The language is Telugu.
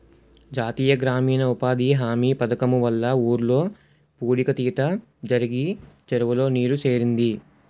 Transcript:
జాతీయ గ్రామీణ ఉపాధి హామీ పధకము వల్ల ఊర్లో పూడిక తీత జరిగి చెరువులో నీరు సేరింది